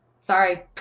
Sorry